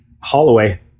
Holloway